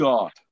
God